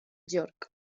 york